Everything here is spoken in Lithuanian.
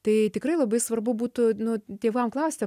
tai tikrai labai svarbu būtų nu tėvam klausti